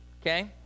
Okay